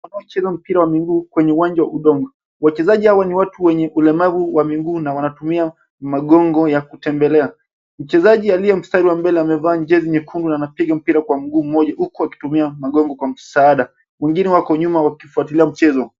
Wanaocheza mpira wa miguu kwenye uwanja wa udongo. Wachezaji hawa ni watu wenye ulemavu wa miguu na wanatumia magongo ya kutembelea. Mchezaji aliye mstari wa mbele amevaa jezi nyekundu na anapiga mpira kwa mguu mmoja, huku akitumia magongo kwa msaada. Wengine wako nyuma wakifuatilia mchezo.